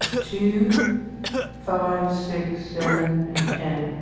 two five six seven and ten